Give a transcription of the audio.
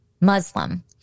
Muslim